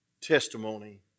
testimony